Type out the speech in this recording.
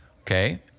Okay